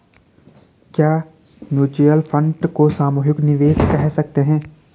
क्या mutual fund को सामूहिक निवेश कह सकते हैं?